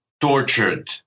tortured